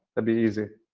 be easy.